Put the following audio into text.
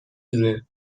دونه